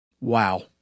Wow